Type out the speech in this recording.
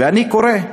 ואני קורא: